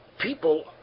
people